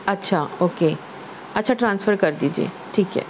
اچھا اوکے اچھا ٹرانسفر کر دیجئے ٹھیک ہے